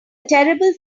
terrible